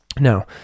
Now